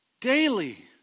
daily